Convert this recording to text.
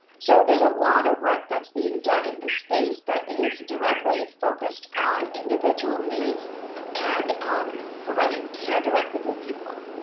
so there's a lot of work that's being done in the space that is directly focused on individual needs and providing care directly to people.